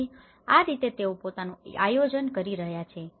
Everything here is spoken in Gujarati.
તેથી આ રીતે તેઓ પોતાનુ આયોજન કરી રહ્યા છે